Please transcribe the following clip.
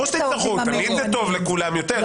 ברור שתצטרכו, ותמיד טוב לכולם יותר.